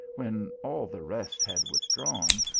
when all the rest had withdrawn,